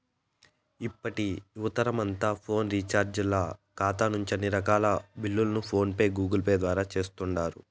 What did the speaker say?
ఇప్పటి యువతరమంతా ఫోను రీచార్జీల కాతా నుంచి అన్ని రకాల బిల్లుల్ని ఫోన్ పే, గూగుల్పేల ద్వారా సేస్తుండారు